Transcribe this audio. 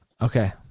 Okay